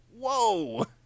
whoa